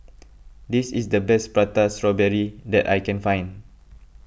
this is the best Prata Strawberry that I can find